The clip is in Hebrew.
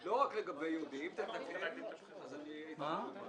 לא קרה שום דבר.